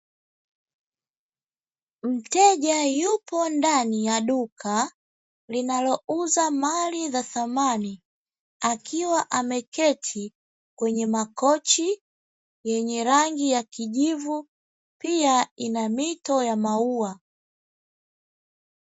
Mteja yupo ndani ya duka linalouza mali za samani, akiwa ameketi kwenye makochi yenye rangi ya kijivu pia ina mito ya maua.